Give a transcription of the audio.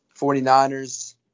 49ers